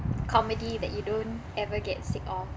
comedy that you don't ever get sick of